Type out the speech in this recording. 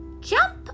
jump